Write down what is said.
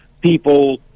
People